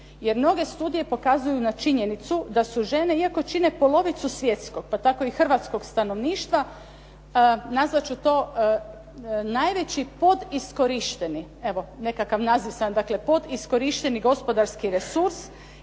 Jer mnoge studije pokazuju na činjenicu da su žene iako čine polovicu svjetskog pa tako i hrvatskog stanovništva, nazvat ću to najveći podiskorišteni, evo nekakav